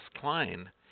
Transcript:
Klein